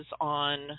on